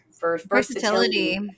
versatility